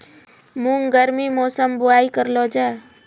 मूंग गर्मी मौसम बुवाई करलो जा?